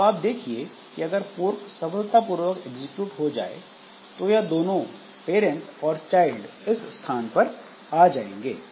तो आप देखिए कि अगर फोर्क सफलतापूर्वक एग्जीक्यूट हो जाए तो यह दोनों पैरेंट और चाइल्ड इस स्थान पर आ जाएंगे